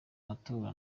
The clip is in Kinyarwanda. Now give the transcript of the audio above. matora